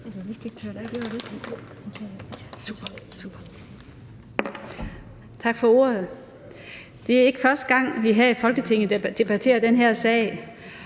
Tak for ordet. Det er ikke første gang, vi her i Folketinget debatterer den her sag